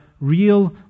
real